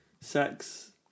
Sex